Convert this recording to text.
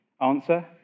Answer